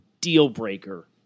deal-breaker